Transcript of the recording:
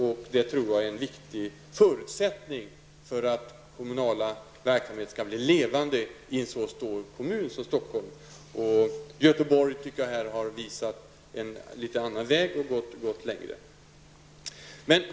Jag tror att dessa är en viktig förutsättning för att kommunala verksamheter skall bli levande i en så stor kommun som Stockholm. Jag tycker att Göteborg har visat på en annan väg och har kommit längre.